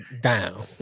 down